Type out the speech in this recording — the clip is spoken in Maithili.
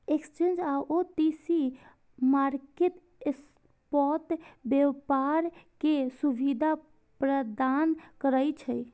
एक्सचेंज आ ओ.टी.सी मार्केट स्पॉट व्यापार के सुविधा प्रदान करै छै